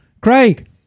Craig